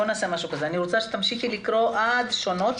אני רוצה שתמשיכי לקרוא עד פרק שונות.